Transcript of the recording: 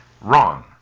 Wrong